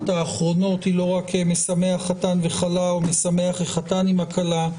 האחרונות היא לא רק "משמח חתן וכלה" או "משמח החתן עם הכלה",